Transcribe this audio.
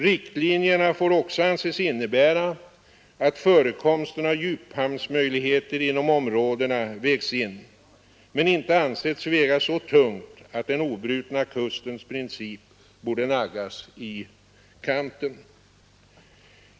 Riktlinjerna får också anses innebära att förekomsten av djuphamnsmöjligheter inom områdena vägts in men inte ansetts väga så tungt att den obrutna kustens princip borde naggas i kanten.